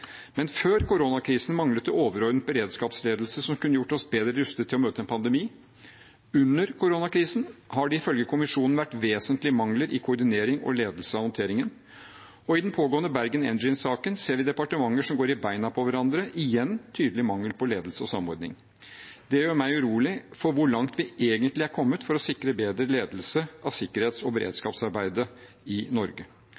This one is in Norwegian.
Men før koronakrisen manglet det overordnet beredskapsledelse som kunne gjort oss bedre rustet til å møte en pandemi. Under koronakrisen har det ifølge kommisjonen vært vesentlige mangler i koordinering og ledelse av håndteringen, og i den pågående Bergen Engines-saken ser vi departementer som går i beina på hverandre – igjen en tydelig mangel på ledelse og samordning. Det gjør meg urolig for hvor langt vi egentlig er kommet for å sikre bedre ledelse av sikkerhets- og